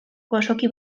gozoki